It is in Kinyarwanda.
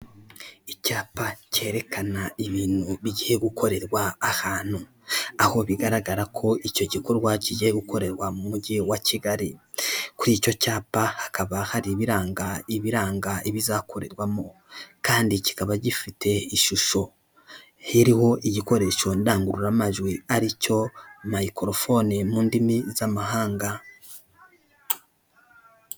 Icyapa cyerekana ibintu bigiye gukorerwa ahantu, aho bigaragara ko icyo gikorwa kigiye gukorerwa mu mujyi wa Kigali, kuri icyo cyapa hakaba hari ibiranga ibizakorerwamo kandi kikaba gifite ishusho iriho igikoresho ndangururamajwi aricyo mayikorofone mu ndimi z'amahanga.